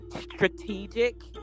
strategic